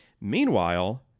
Meanwhile